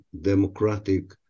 democratic